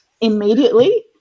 immediately